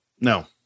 No